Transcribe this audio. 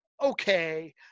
okay